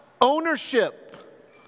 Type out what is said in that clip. ownership